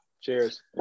Cheers